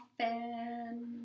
often